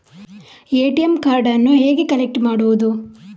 ATM ಕಾರ್ಡನ್ನು ಹೇಗೆ collect ಮಾಡುವುದು?